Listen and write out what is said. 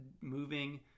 moving